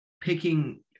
picking